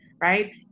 right